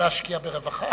להשקיע ברווחה.